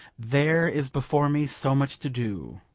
there is before me so much to do,